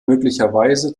möglicherweise